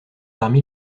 parmi